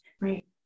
right